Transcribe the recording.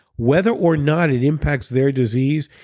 whether or not it impacts their disease,